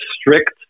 strict